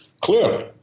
Clearly